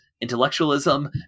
intellectualism